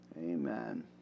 Amen